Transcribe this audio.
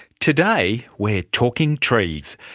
today we're talking trees.